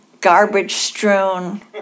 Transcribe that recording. garbage-strewn